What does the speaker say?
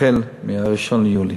החל מ-1 ביולי,